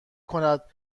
کند